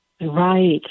Right